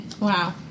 Wow